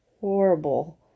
horrible